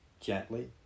gently